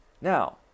now